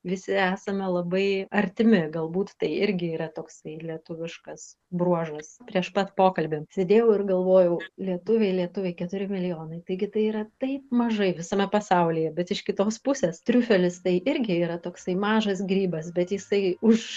visi esame labai artimi galbūt tai irgi yra toksai lietuviškas bruožas prieš pat pokalbį sėdėjau ir galvojau lietuviai lietuviai keturi milijonai taigi tai yra taip mažai visame pasaulyje bet iš kitos pusės triufelis tai irgi yra toksai mažas grybas bet jisai už